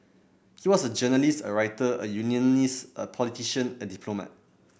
he was a journalist a writer a unionist a politician a diplomat